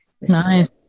Nice